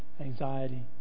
anxiety